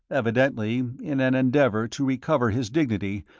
evidently in an endeavour to recover his dignity,